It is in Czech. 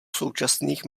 současných